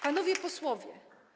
Panowie Posłowie!